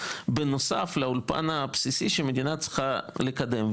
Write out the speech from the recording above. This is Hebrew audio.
בנוסף לאולפן הבסיסי שהמדינה צריכה לקדם.